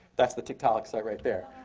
that's the tiktaalik site right there.